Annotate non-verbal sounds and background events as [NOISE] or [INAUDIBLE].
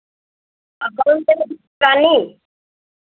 अब बाल तो [UNINTELLIGIBLE]